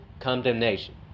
condemnation